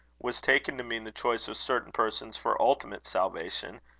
was taken to mean the choice of certain persons for ultimate salvation,